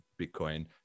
bitcoin